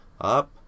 up